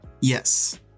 yes